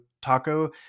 taco